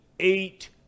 eight